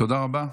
תודה רבה.